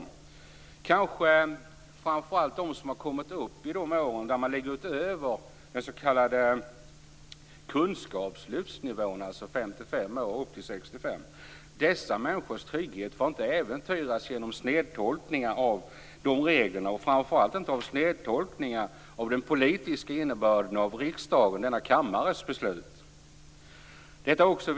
Det kanske framför allt gäller dem som har kommit upp i ålder över den s.k. kunskapslyftsnivån, dvs. 55 år. Dessa människors trygghet får inte äventyras genom snedtolkningar av reglerna, framför allt inte av snedtolkningar av den politiska innebörden i beslut som fattats av denna kammare. Det är viktigt.